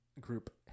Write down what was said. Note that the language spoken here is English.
group